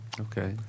Okay